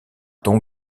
ton